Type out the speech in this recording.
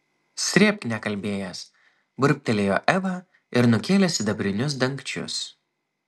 srėbk nekalbėjęs burbtelėjo eva ir nukėlė sidabrinius dangčius